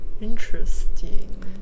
Interesting